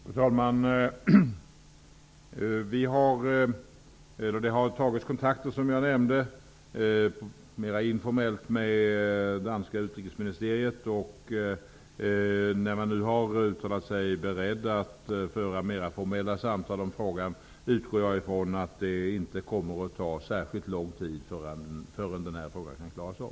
Fru talman! Det har, som jag nämnde, tagits kontakter mera informellt med det danska utrikesministeriet. När man nu har uttalat sig vara beredd att föra mera formella samtal om frågan utgår jag från att det inte kommer att ta särskilt lång tid förrän denna fråga kan klaras av.